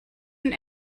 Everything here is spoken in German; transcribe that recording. und